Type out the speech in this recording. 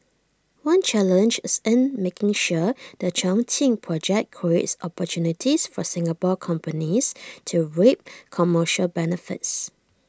one challenge is in making sure the Chongqing project creates opportunities for Singapore companies to reap commercial benefits